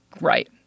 right